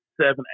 seven